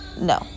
no